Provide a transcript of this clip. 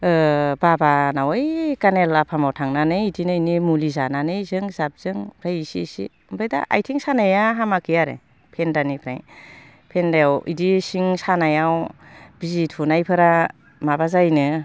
बाबानाव ओइ कानेला फार्माव थांनानै बिदिनो बेनि मुलि जानानै जों जाबजों ओमफ्राय इसे इसे ओमफ्राय दा आथिं सानाया हामाखै आरो फेन्दानिफ्राय फेन्दायाव बिदि सिं सानायाव बिजि थुनायफोरा माबा जायोनो